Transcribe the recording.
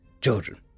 Children